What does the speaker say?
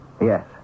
Yes